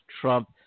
Trump